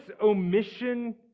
omission